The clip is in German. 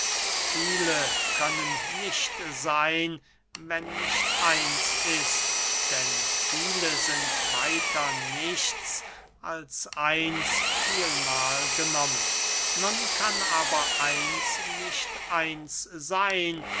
viele können nicht seyn wenn nicht eins ist denn viele sind weiter nichts als eins vielmahl genommen nun kann aber eins nicht eins seyn